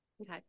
Okay